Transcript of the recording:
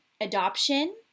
adoption